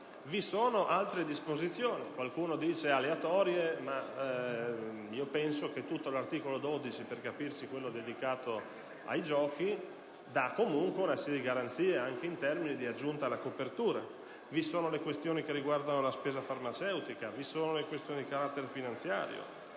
vi sono altre disposizioni che qualcuno definisce aleatorie, ma io penso che tutto l'articolo 12 - per capirci, quello dedicato ai giochi - dia comunque una serie di garanzie anche in termini di aggiunta alla copertura; vi sono disposizioni che riguardano la spesa farmaceutica; vi sono misure di carattere finanziario;